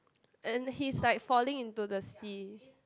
and he's like falling into the sea